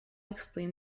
explain